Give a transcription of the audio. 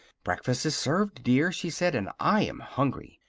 breakfast is served, dear, she said, and i am hungry.